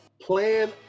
plan